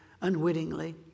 unwittingly